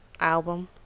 album